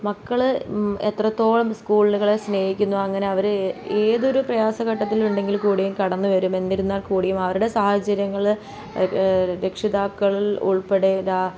മക്കൾ എത്രത്തോളം സ്കൂളുകളെ സ്നേഹിക്കുന്നു അങ്ങനെ അവർ ഏതൊരു പ്രയാസഘട്ടത്തിലുണ്ടെങ്കിൽ കൂടിയും കടന്ന് വരും എന്നിരുന്നാൽ കൂടിയും അവരുടെ സാഹചര്യങ്ങൾ രക്ഷിതാക്കളിൽ ഉൾപ്പെടേല